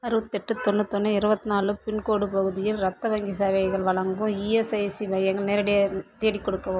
அறுபத்தி எட்டு தொண்ணூற்றி ஒன்று இருபத்தி நாலு பின்கோடு பகுதியில் இரத்த வங்கிச் சேவைகள் வழங்கும் இஎஸ்ஐசி மையங்கள் நேரடியாக தேடிக் கொடுக்கவும்